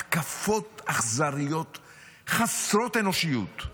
התקפות אכזריות חסרות אנושיות,